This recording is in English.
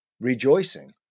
Rejoicing